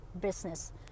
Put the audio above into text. business